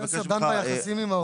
סעיף 10 דן ביחסים עם העובד.